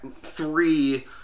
three